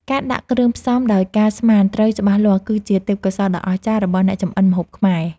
ការដាក់គ្រឿងផ្សំដោយការស្មានត្រូវច្បាស់លាស់ គឺជាទេពកោសល្យដ៏អស្ចារ្យរបស់អ្នកចម្អិនម្ហូបខ្មែរ។